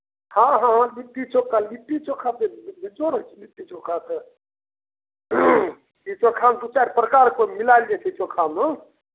हॅं हॅं लिट्टी चोखा लिट्टी चोखा बेजोर होई छै लिट्टी चोखा तऽ ई चोखामे दू चारि प्रकारके मिलायल जाइ छै चोखामे